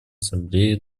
ассамблеи